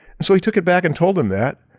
so, he took it back and told them that.